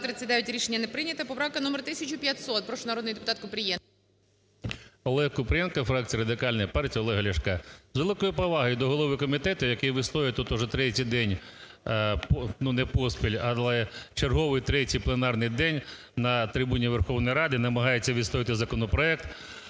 Олег Купрієнко, фракція Радикальної партії Олега Ляшка. З великою повагою до голови комітету, який вистоює тут уже третій день, ну, не поспіль, але черговий третій пленарний день на трибуні Верховної Ради і намагається відстоювати законопроект,